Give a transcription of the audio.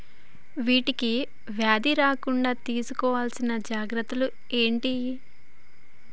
వీటికి వ్యాధి రాకుండా తీసుకోవాల్సిన జాగ్రత్తలు ఏంటియి?